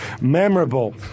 memorable